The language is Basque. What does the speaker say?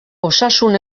osasun